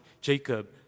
Jacob